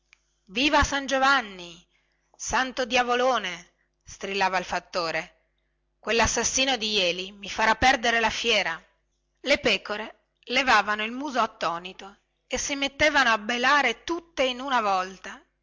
viva san giovanni santo diavolone strillava il fattore quellassassino di jeli mi farà perdere la fiera le pecore levavano il muso attonito e si mettevano a belare tutte in una volta